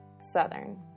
Southern